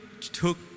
took